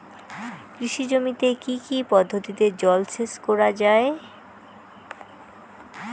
কৃষি জমিতে কি কি পদ্ধতিতে জলসেচ করা য়ায়?